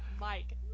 Mike